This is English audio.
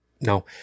no